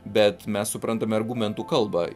bet mes suprantame argumentų kalbą